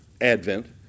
advent